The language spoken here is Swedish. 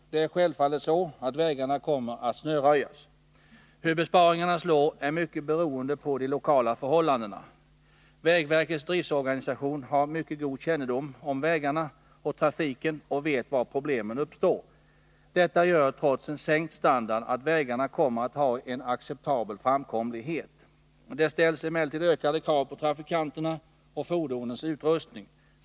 Det är självfallet så att vägarna kommer att snöröjas. Hur besparingarna slår är mycket beroende på de lokala förhållandena. Vägverkets driftorganisation har mycket god kännedom om vägarna och trafiken och vet var problemen uppstår. Detta gör, trots en sänkt standard, att vägarna kommer att ha en acceptabel framkomlighet. Det ställs emellertid ökade krav på trafikanterna och fordonens utrustning.